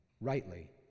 rightly